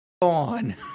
on